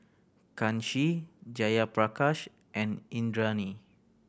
Kanshi Jayaprakash and Indranee